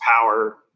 power